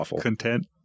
content